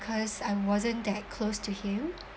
cause I wasn't that close to him